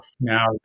Now